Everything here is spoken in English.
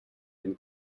and